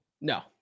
No